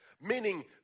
meaning